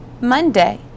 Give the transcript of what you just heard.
Monday